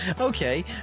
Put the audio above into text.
Okay